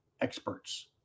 experts